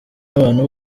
abantu